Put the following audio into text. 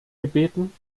gebeten